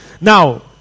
Now